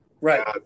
Right